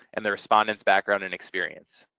and the respondent's background and experience.